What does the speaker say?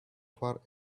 far